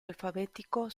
alfabetico